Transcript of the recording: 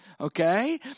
Okay